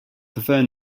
prefer